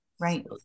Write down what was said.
Right